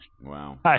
Wow